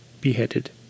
beheaded